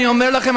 אני אומר לכם,